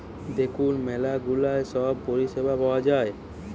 দেখুন ম্যালা গুলা সব পরিষেবা পাওয়া যায়